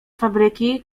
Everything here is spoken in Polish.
fabryki